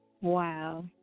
Wow